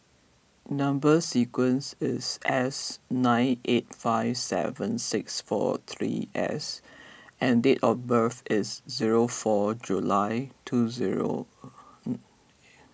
Number Sequence is S nine eight five seven six four three S and date of birth is zero four July two zero